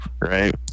right